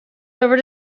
over